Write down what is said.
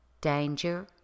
danger